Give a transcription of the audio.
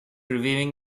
reviewing